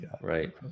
Right